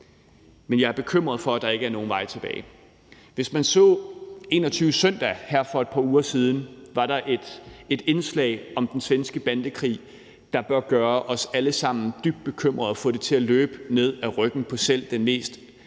Men jeg er bekymret for, at der ikke er nogen vej tilbage. Hvis man så 21 Søndag her for et par uger siden, var der et indslag om den svenske bandekrig, der bør gøre os alle sammen dybt bekymrede og få det til at løbe koldt ned ad ryggen på selv den mest,